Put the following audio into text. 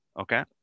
okay